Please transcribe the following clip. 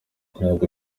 ntabwo